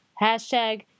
Hashtag